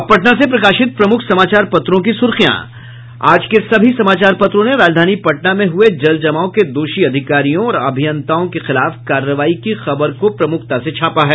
अब पटना से प्रकाशित प्रमुख समाचार पत्रों की सुर्खियां आज के सभी समाचार पत्रों ने राजधानी पटना में हुए जलजमाव के दोषी अधिकारियों और अभियंताओं के खिलाफ कार्रवाई की खबर को प्रमुखता से छापा है